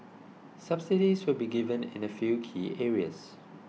subsidies will be given in a few key areas